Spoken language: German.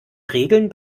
regeln